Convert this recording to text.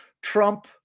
Trump